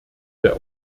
der